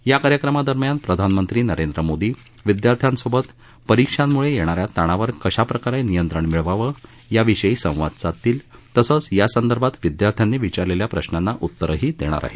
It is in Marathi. या कार्यक्रमादरम्यान प्रधानमंत्री नरेंद्र मोदी विद्यार्थ्यांसोबत परीक्षांमुळे येणाऱ्या ताणावर कशाप्रकारे नियंत्रण मिळवावं याविषयी संवाद साधतील तसंच यासंदर्भात विद्यार्थ्यांनी विचारलेल्या प्रश्नांना उतरंही देणार आहेत